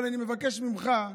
אבל אני מבקש ממך,